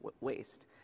waste